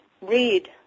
read